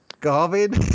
Garvin